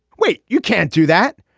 wait you can't do that.